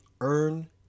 earn